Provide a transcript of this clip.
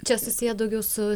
čia susiję daugiau su